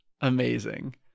amazing